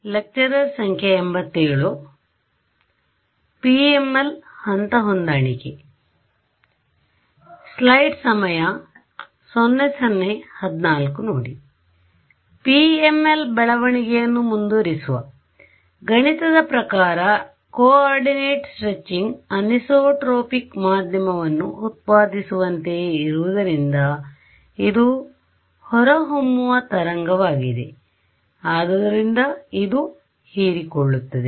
PML ಬೆಳವಣಿಗೆಯನ್ನು ಮುಂದುವತರಿಸುವ ಗಣಿತದ ಪ್ರಕಾರ ಕೋ ಆರ್ಡಿನೇಟ್ ಸ್ಟ್ರೆಚಿಂಗ್ ಅನಿಸೊಟ್ರೊಪಿಕ್ ಮಾಧ್ಯಮವನ್ನು ಉತ್ಪಾದಿಸುವಂತೆಯೇ ಇರುವುದರಿಂದ ಇದು ಹೊರಹೊಮ್ಮುವ ತರಂಗ ವಾಗಿದೆ ಆದುದರಿಂದ ಇದು ಹೀರಿಕೊಳುತ್ತದೆ